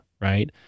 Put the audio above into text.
right